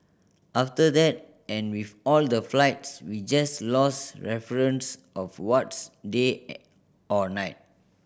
after that and with all the flights we just lost reference of what's day or night